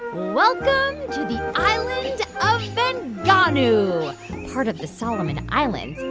welcome ah to the island of vangunu, part of the solomon islands.